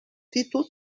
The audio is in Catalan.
títol